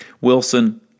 Wilson